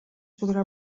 podrà